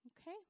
Okay